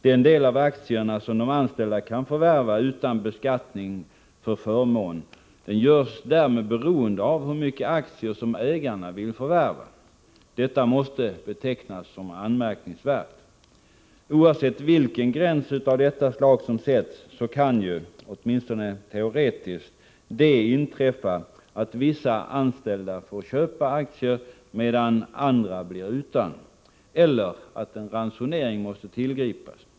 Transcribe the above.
Den del av aktierna som de anställda kan förvärva utan att beskattas för förmån görs därmed beroende av hur mycket aktier som ägarna vill förvärva. Detta måste betecknas som anmärkningsvärt. Oavsett vilken gräns av detta slag som sätts kan ju, åtminstone teoretiskt, det inträffa att vissa anställda får köpa aktier medan andra blir utan — eller att en ransonering måste tillgripas.